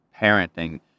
parenting